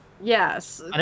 Yes